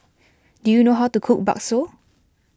do you know how to cook Bakso